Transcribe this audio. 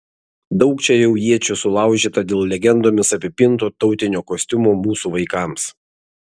daug čia jau iečių sulaužyta dėl legendomis apipinto tautinio kostiumo mūsų vaikams